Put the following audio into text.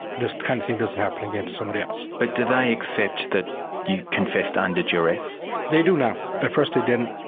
this kind of thing doesn't happen again to somebody else. but do they accept that you confessed under duress? they do now. at but first they didn't,